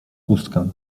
chustkę